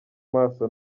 maso